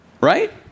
Right